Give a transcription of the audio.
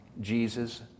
Jesus